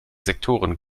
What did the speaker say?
sektoren